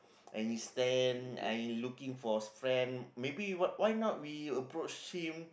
and he stand and he looking for friend maybe why why not we approach him